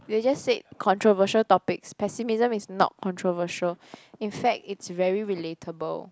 we will just said controversial topics pessimism is not controversial in fact it's very relatable